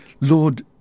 Lord